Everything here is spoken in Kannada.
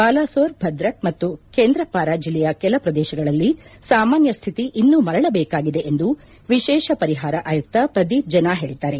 ಬಾಲಾಸೊರ್ ಭದ್ರಕ್ ಮತ್ತು ಕೇಂದ್ರಪಾರ ಜಿಲ್ಲೆಯ ಕೆಲ ಪ್ರದೇಶಗಳಲ್ಲಿ ಸಾಮಾನ್ಯ ಸ್ಥಿತಿ ಇನ್ನೂ ಮರಳಬೇಕಾಗಿದೆ ಎಂದು ವಿಶೇಷ ಪರಿಹಾರ ಆಯುಕ್ತ ಪ್ರದೀಪ್ ಜೆನಾ ಹೇಳಿದ್ದಾರೆ